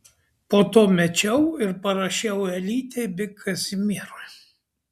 po to mečiau ir parašiau elytei bei kazimierui